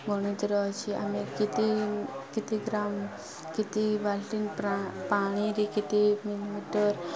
ଗଣତିରେ ଅଛି ଆମେ କିତି କିତି ଗ୍ରାମ କିତି ବାଲଟିନ ପ୍ରା ପାଣିରେ କେତେ ମିଲିମିଟର